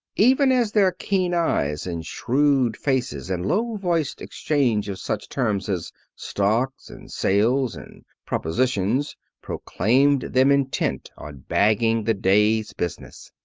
even as their keen eyes and shrewd faces and low-voiced exchange of such terms as stocks, and sales and propositions proclaimed them intent on bagging the day's business.